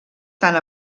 tant